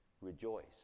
rejoice